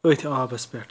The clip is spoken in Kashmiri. أتھۍ آبَس پؠٹھ